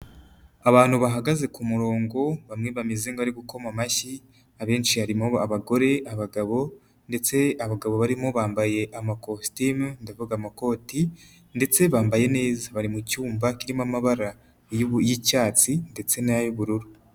Abantu bahagaze ku murongo bamwe bameze nk'abari gukoma amashyi abenshi harimo abagore, abagabo ndetse abagabo barimo bambaye amakositimu ndavuga amakoti ndetse bambaye neza bari mu cyumba kirimo amabara y'icyatsi ndetse n'ay'ubururu.